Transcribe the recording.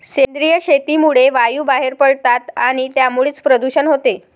सेंद्रिय शेतीमुळे वायू बाहेर पडतात आणि त्यामुळेच प्रदूषण होते